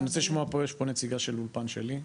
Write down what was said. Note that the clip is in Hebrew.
אני רוצה לשמוע, יש פה נציגה של אולפן שלי.